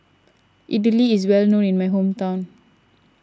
Idili is well known in my hometown